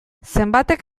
zenbatek